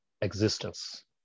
existence